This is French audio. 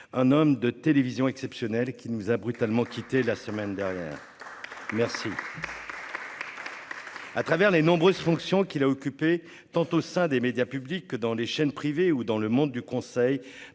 un homme de télévision exceptionnel qui nous a brutalement quitté la semaine dernière. Merci. à travers les nombreuses fonctions qu'il a occupé tant au sein des médias publics que dans les chaînes privées ou dans le monde du conseil